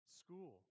school